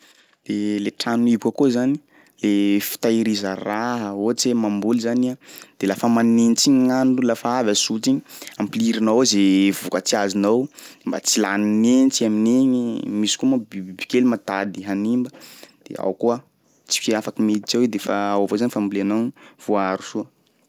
De le trano mihiboka koa zany fitahiriza raha ohatsy hoe mamboly zany iha de lafa manintsy igny gn'andro lafa avy asotry igny ampilirinao ao zay vokatsy azonao mba tsy lanin'ny nintsy amin'igny misy koa moa bibibiby kely ma tady hanimba de ao koa tsy afaky miditsy ao i de fa ao avao zany fambolenao voaharo soa.